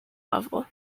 level